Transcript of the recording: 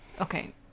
Okay